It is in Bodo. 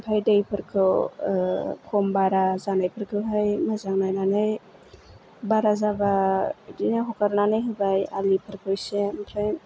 ओमफ्राय दैफोरखौ खम बारा जानायफोरखौहाय मोजां नायनानै बारा जाबा बिदिनो हगारनानै होबाय आलिफोरखौ एसे ओमफ्राय